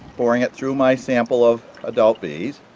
pouring it through my sample of adult bees